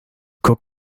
guck